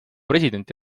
president